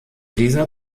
dieser